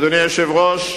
אדוני היושב-ראש,